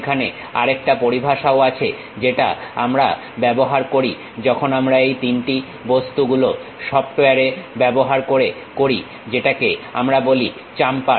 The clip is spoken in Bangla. সেখানে আরেকটা পরিভাষাও আছে যেটা আমরা ব্যবহার করি যখন আমরা এই তিনটি বস্তুগুলো সফটওয়্যার ব্যবহার করে করি যেটাকে আমরা বলি চাম্পার